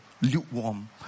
lukewarm